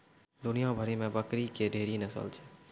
दुनिया भरि मे बकरी के ढेरी नस्ल छै